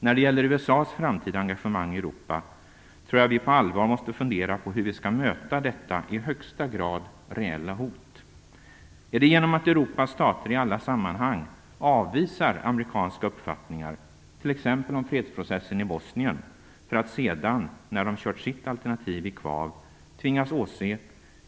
När det gäller USA:s framtida engagemang i Europa tror jag att vi på allvar måste fundera på hur vi skall möta detta i högsta grad reella hot. Är det genom att Europas stater i alla sammanhang avvisar amerikanska uppfattningar, t.ex. om fredsprocessen i Bosnien, för att sedan, när de har kört sitt alternativ i kvav, tvingas åse